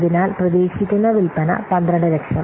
അതിനാൽ പ്രതീക്ഷിക്കുന്ന വിൽപ്പന 1200000